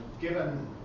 given